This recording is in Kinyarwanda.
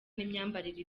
n’imyambarire